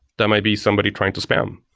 that might be somebody trying to spam.